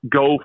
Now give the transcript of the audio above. go